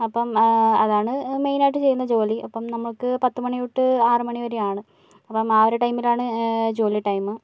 അപ്പം അതാണ് മെയ്നായിട്ട് ചെയ്യുന്ന ജോലി അപ്പം നമക്ക് പത്ത് മണി തൊട്ട് ആറ് മണി വരെയാണ് അപ്പം ആ ഒരു ടൈമിലാണ് ജോലി ടൈമ്